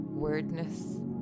wordness